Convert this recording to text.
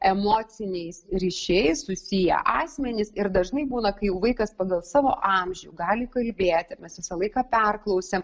emociniais ryšiais susiję asmenys ir dažnai būna kai jau vaikas pagal savo amžių gali kalbėti mes visą laiką perklausiam